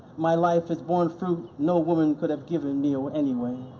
my life has borne fruit no woman could have given me ah anyway.